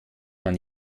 man